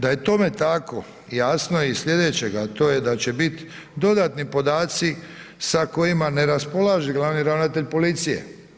Da je tome tako, jasno je iz slijedećega, a to je da će bit dodatni podaci sa kojima ne raspolaže glavni ravnatelj policije.